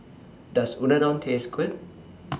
Does Unadon Taste Good